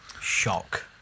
Shock